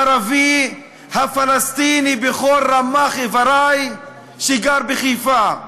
הערבי הפלסטיני בכל רמ"ח איברי שגר בחיפה,